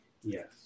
Yes